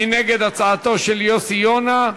מי נגד הצעתו של יוסי יונה?